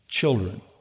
children